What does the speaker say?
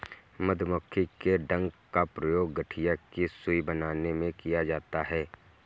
मधुमक्खी के डंक का प्रयोग गठिया की सुई बनाने में किया जाता है